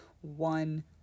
one